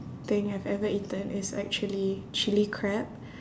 thing I've ever eaten is actually chilli crab